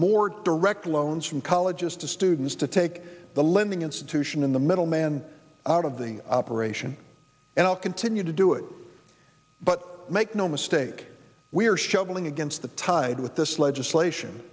more direct loans from colleges to students to take the lending institution in the middle man out of the operation and i'll continue to do it but make no mistake we are shoveling against the tide with this legislation